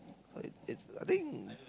it's it's a thing